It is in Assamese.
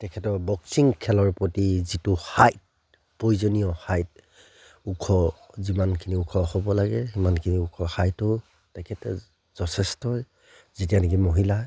তেখেতৰ বক্সিং খেলৰ প্ৰতি যিটো হাইট প্ৰয়োজনীয় হাইট ওখ যিমানখিনি ওখ হ'ব লাগে সিমানখিনি ওখ হাইটো তেখেতে যথেষ্টই যেতিয়া নেকি মহিলা